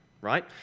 right